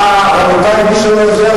רבותי, מי שלא יודע,